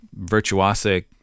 virtuosic